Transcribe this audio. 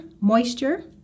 moisture